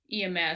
EMS